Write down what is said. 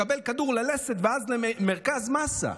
מקבל כדור ללסת ואז למרכז מסה.